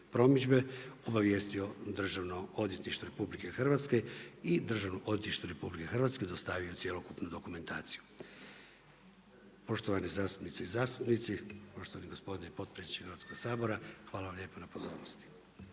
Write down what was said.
promidžbe obavijestio Državno odvjetništvo RH i Državno odvjetništvo RH dostavio je cjelokupnu dokumentaciju. Poštovane zastupnice i zastupnici, poštovani gospodine potpredsjedniče Hrvatskog sabora hvala vam lijepa na pozornosti.